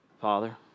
Father